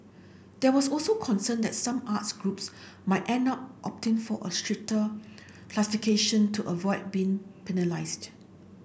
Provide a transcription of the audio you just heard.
there was also concern that some arts groups might end up opting for a stricter classification to avoid being penalised